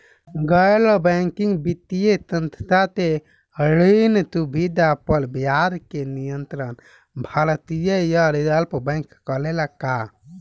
गैर बैंकिंग वित्तीय संस्था से ऋण सुविधा पर ब्याज के नियंत्रण भारती य रिजर्व बैंक करे ला का?